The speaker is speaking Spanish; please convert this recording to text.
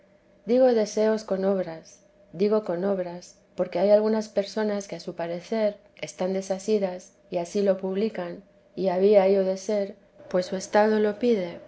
digo deseos con obras digo con obras porque hay algunas personas que a su parecer están desasidas y ansí lo publican y había ello de ser pues su estado lo pide y los muchos años que ha que algunas han comenzado camino de perfección mas conoce bien esta alma desde muy lejos los que